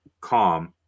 calm